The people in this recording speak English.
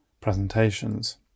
presentations